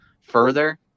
further